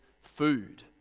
food